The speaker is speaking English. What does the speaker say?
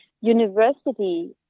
university